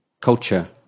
culture